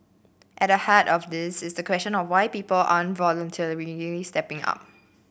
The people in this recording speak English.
at the heart of this is the question of why people aren't stepping up